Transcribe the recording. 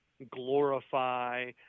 glorify